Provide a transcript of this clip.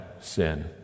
sin